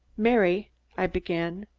mary i began.